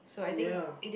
ya